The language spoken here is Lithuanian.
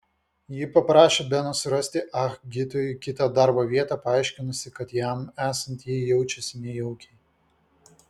ji paprašė beno surasti ah gitui kitą darbo vietą paaiškinusi kad jam esant ji jaučiasi nejaukiai